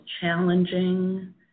challenging